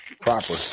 proper